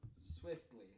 swiftly